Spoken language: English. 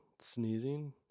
sneezing